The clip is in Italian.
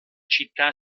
città